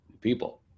people